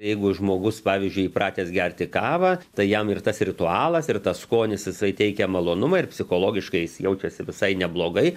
jeigu žmogus pavyzdžiui įpratęs gerti kavą tai jam ir tas ritualas ir tas skonis jisai teikia malonumą ir psichologiškai jis jaučiasi visai neblogai